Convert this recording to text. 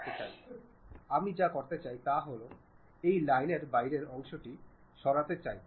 সুতরাং আমরা এভাবে সেক্শনাল ভিউস দেখতে পারি